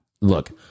look